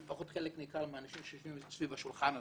שלפחות חלק ניכר מהאנשים שיושבים סביב השולחן הזה,